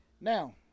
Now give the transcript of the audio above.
now